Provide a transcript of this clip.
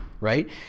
right